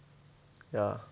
ya